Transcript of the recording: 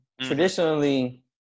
traditionally